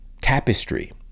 tapestry